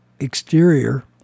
Exterior